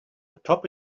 atop